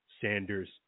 sanders